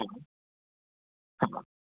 हा हा